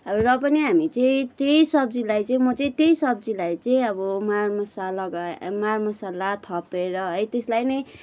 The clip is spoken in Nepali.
र पनि हामी चाहिँ त्यही सब्जीलाई चाहिँ म चाहिँ त्यही सब्जीलाई चाहिँ अब मारमसाला लगाए मारमसाला थपेर है त्यसलाई नै